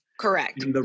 Correct